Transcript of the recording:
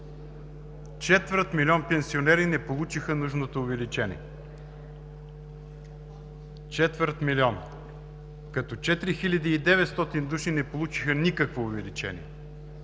четвърт милион пенсионери не получиха нужното увеличение. Четвърт милион?! Като 4900 души не получиха никакво увеличение.